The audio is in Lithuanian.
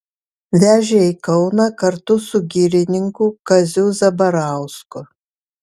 vežė į kauną kartu su girininku kaziu zabarausku